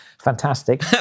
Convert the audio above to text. Fantastic